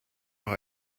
noch